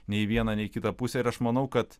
nei vieną nei kitą pusę ir aš manau kad